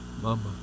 Mama